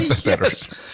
better